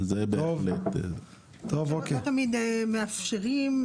לא תמיד מאפשרים,